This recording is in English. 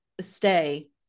stay